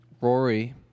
Rory